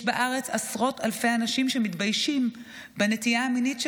יש בארץ עשרות אלפי אנשים שמתביישים בנטייה המינית שלהם,